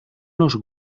nos